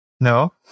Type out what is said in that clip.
No